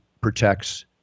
protects